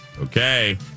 Okay